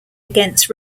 against